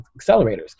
accelerators